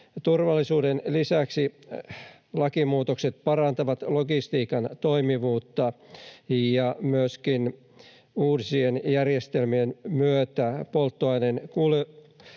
Turvallisuuden lisäksi lakimuutokset parantavat logistiikan toimivuutta, ja myöskin polttoaineen kulutus